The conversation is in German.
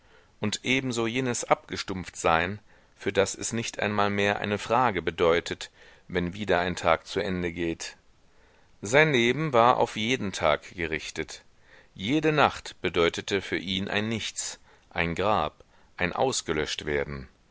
und ebenso jenes abgestumpftsein für das es nicht einmal mehr eine frage bedeutet wenn wieder ein tag zu ende geht sein leben war auf jeden tag gerichtet jede nacht bedeutete für ihn ein nichts ein grab ein ausgelöschtwerden